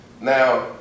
Now